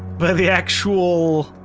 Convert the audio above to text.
by the actual.